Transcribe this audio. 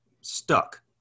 stuck